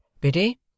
Biddy